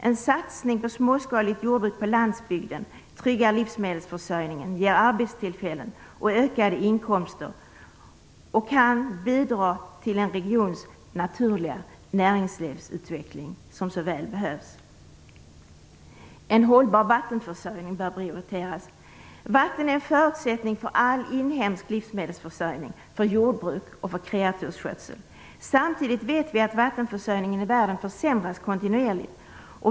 En satsning på småskaligt jordbruk på landsbygden tryggar livsmedelsförsörjningen, ger arbetstillfällen och ökar inkomster samt kan bidra till en regions naturliga näringslivsutveckling, som så väl behövs. En hållbar vattenförsörjning bör prioriteras. Vatten är förutsättning för all inhemsk livsmedelsförsörjning, för jordbruk och kreatursskötsel. Samtidigt vet vi att vattenförsörjningen i världen försämras kontinuerligt.